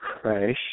crash